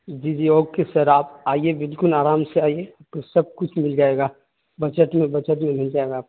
جی جی okay sir آپ آئیے بالکل آرام سے آئیے آپ کو سب کچھ مل جائے گا بچت میں بچت میں مل جائے گا آپ کو